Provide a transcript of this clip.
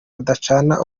badacana